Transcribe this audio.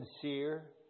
sincere